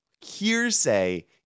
hearsay